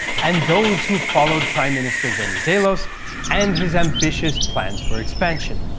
and those who followed prime minister venizelos and his ambitious plans for expansion.